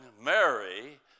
Mary